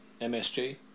MSG